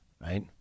right